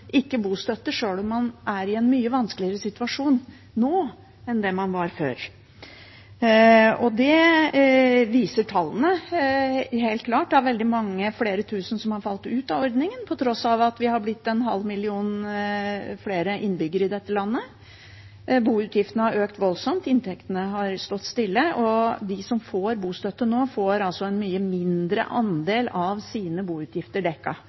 ikke får bostøtte sjøl om man er i en mye vanskeligere situasjon nå enn det man var før. Det viser tallene helt klart – det er veldig mange flere tusen som har falt ut av ordningen, på tross av at vi har blitt en halv million flere innbyggere i dette landet. Boutgiftene har økt voldsomt, inntektene har stått stille, og de som får bostøtte nå, får altså en mye mindre andel av sine boutgifter